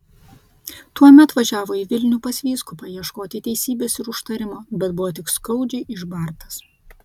tuomet važiavo į vilnių pas vyskupą ieškoti teisybės ir užtarimo bet buvo tik skaudžiai išbartas